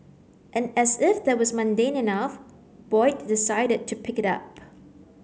and as if that was mundane enough Boyd decided to pick it up